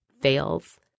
fails